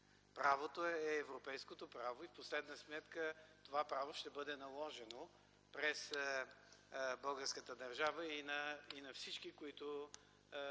Правото е европейското право и в последна сметка това право ще бъде наложено през българската държава и на всички, които